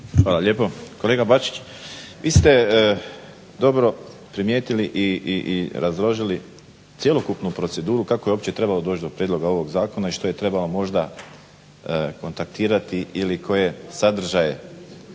Hvala lijepo. Kolega Bačić vi ste dobro primijetili i razložili cjelokupnu proceduru kako je uopće trebalo doći do prijedloga ovog zakona i što je trebalo možda kontaktirati ili koje sadržaje